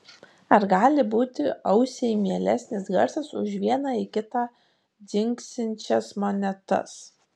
ar gali būti ausiai mielesnis garsas už viena į kitą dzingsinčias monetas